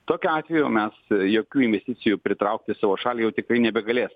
tokiu atveju mes jokių investicijų pritraukti savo šalį jau tikrai nebegalėsim